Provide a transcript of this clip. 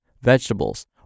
vegetables